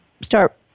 start